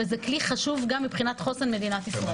וזה כלי חשוב גם מבחינת חוסן מדינת ישראל.